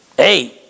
Hey